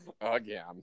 again